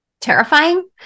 terrifying